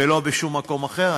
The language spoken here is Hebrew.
ולא בשום מקום אחר.